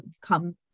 come